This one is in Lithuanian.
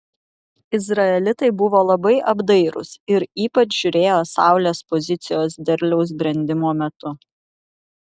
izraelitai buvo labai apdairūs ir ypač žiūrėjo saulės pozicijos derliaus brendimo metu